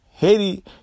Haiti